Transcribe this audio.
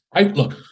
Look